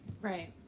Right